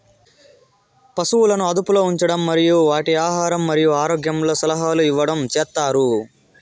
పసువులను అదుపులో ఉంచడం మరియు వాటి ఆహారం మరియు ఆరోగ్యంలో సలహాలు ఇవ్వడం చేత్తారు